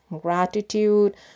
gratitude